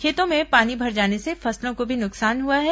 खेतों में पानी भर जाने से फसलों को भी नुकसान हुआ है